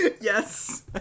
Yes